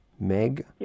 Meg